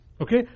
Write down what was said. Okay